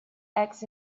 eggs